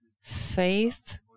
faith